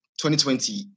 2020